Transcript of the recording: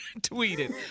tweeted